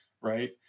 right